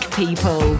people